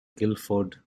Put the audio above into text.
guilford